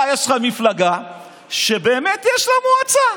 יש לך מפלגה שבאמת יש לה מועצה,